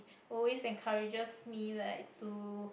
always encourages me like to